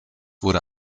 wurde